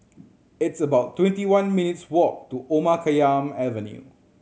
it's about twenty one minutes' walk to Omar Khayyam Avenue